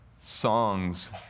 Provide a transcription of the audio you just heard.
songs